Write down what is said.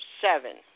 seven